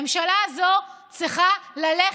הממשלה הזאת צריכה ללכת.